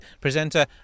presenter